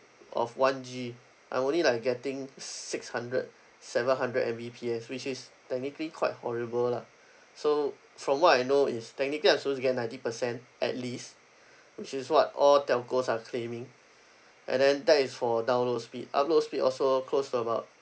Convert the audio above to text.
of one G I only like getting six hundred seven hundred M_B_P_S which is technically quite horrible lah so from what I know it's technically I'm suppose to get ninety percent at least which is what all telcos are claiming and then that is for download speed upload speed also close to about